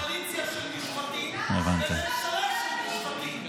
אתם קואליציה של מושחתים וממשלה של מושחתים,